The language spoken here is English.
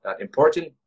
important